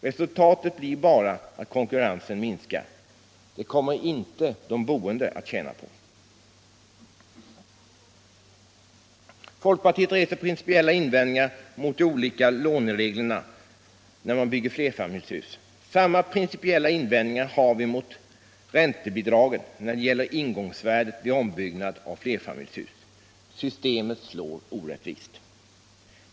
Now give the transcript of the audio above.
Resultatet blir bara att konkurrensen minskar. Det kommer de boende inte att tjäna på. Folkpartiet reser principiella invändningar mot de olika lånereglerna när man bygger flerfamiljshus. Samma principiella invändningar har vi mot räntebidragen när det gäller ingångsvärdet vid ombyggnad av flerfamiljshus. Systemet slår orättvist.